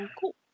cool